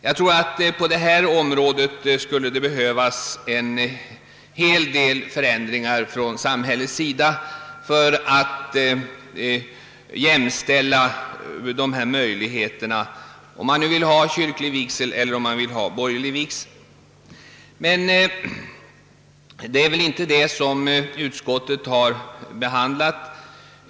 Jag tror att samhället skulle behöva göra en hel del förändringar på detta område för att skapa lika goda möjligheter till kyrklig vigsel och borgerlig vigsel. Men det är inte dessa saker som utskottet har åberopat.